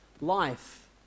life